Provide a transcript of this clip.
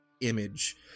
image